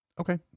Okay